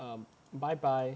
bye bye